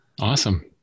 awesome